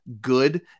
good